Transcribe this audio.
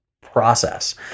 process